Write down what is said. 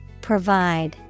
Provide